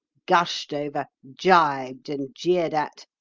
gushed over, gibed and jeered at.